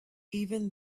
even